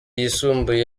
yisumbuye